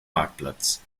marktplatz